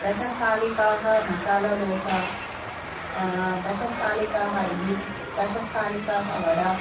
दशस्थालिकाः मसालादोषा दशस्थालिकाः इड्ली दशस्थालिकाः वडा